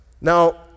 Now